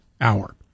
hour